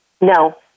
No